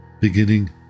beginning